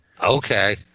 Okay